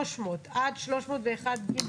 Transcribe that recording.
300 עד 301ג,